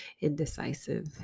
indecisive